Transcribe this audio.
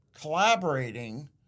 collaborating